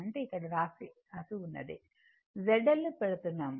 అంటే ఇక్కడ వ్రాసివున్నది ZL ను పెడ్తున్నాము